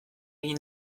egin